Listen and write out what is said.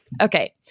Okay